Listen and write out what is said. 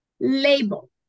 label